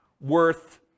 worth